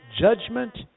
judgment